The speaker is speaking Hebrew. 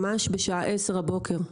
ממש בשעה 10:00 הבוקר.